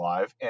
Live